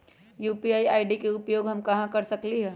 UPI ID के उपयोग हम कहां कहां कर सकली ह?